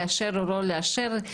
לאשר או לא לאשר,